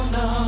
no